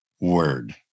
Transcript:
word